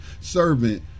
servant